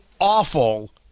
awful